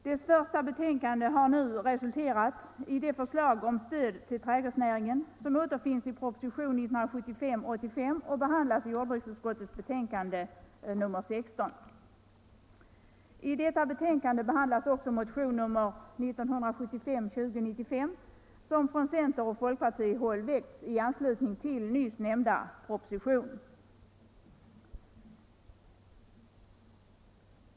Dess första betänkande har nu resulterat i det förslag om stöd till trädgårdsnäringen som återfinns i propositionen 85 och som behandlas i jordbruksutskottets betänkande nr 16. I detta betänkande behandlas också motionen 2095, som från centeroch folkpartihåll väckts i anslutning till nyss nämnda proposition.